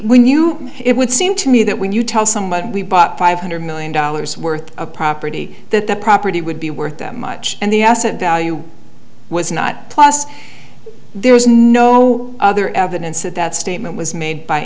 when you it would seem to me that when you tell someone we bought five hundred million dollars worth of property that the property would be worth that much and the asset value was not plus there was no other evidence that that statement was made by